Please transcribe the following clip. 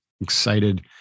excited